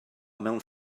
mewn